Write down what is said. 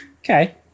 Okay